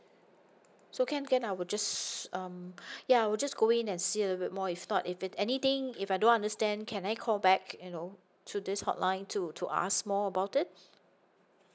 so can can I will just um ya I will just go in and see a little bit more if not if its anything if I don't understand can I call back you know to this hotline to to ask more about it